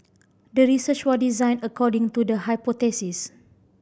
the research was designed according to the hypothesis